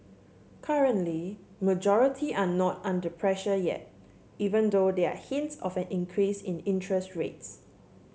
currently majority are not under pressure yet even though they are hints of an increase in interest rates